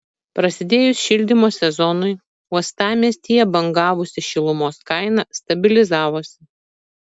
prasidėjus šildymo sezonui uostamiestyje bangavusi šilumos kaina stabilizavosi